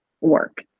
work